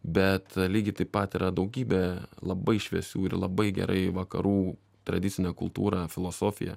bet lygiai taip pat yra daugybė labai šviesių ir labai gerai vakarų tradicinę kultūrą filosofiją